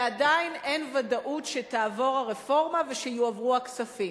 ועדיין אין ודאות שתעבור הרפורמה ויועברו הכספים.